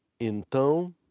então